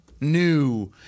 new